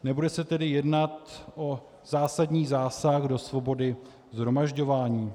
Nebude se tedy jednat o zásadní zásah do svobody shromažďování.